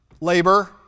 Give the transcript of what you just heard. labor